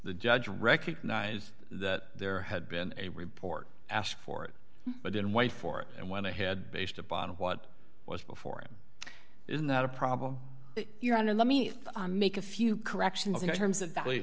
the judge recognize that there had been a report asked for but didn't wait for and went ahead based upon what was before him isn't that a problem your honor let me make a few corrections in terms of value